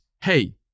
hey